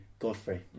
Godfrey